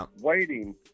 waiting